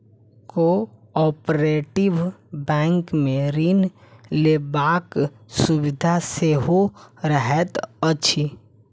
cooperative बैंकमे ऋण लेबाक सुविधा सेहो रहैत अछि